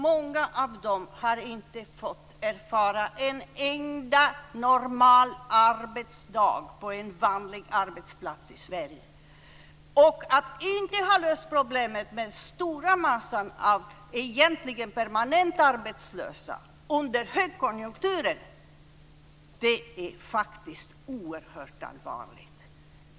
Många av dem har inte fått erfara en enda normal arbetsdag på en vanlig arbetsplats i Sverige. Att vi inte har löst problemet med den stora massan av egentligen permanent arbetslösa under högkonjunkturen är faktiskt oerhört allvarligt.